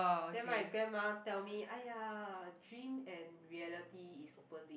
then my grandma tell me !aiya! dream and reality is opposite